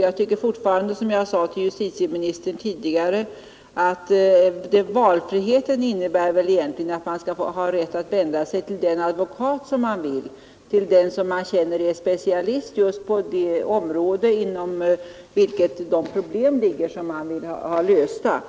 Jag tycker fortfarande, som jag sade till justitieministern tidigare, att valfriheten egentligen innebär att man skall ha rätt att vända sig till den advokat som man vill, till den som man vet är specialist just på det område inom vilket de problem ligger som man vill ha lösta.